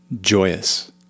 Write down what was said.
Joyous